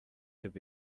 could